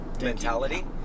mentality